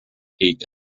age